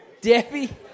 Debbie